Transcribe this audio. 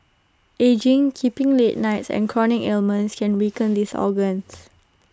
ageing keeping late nights and chronic ailments can weaken these organs